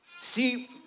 See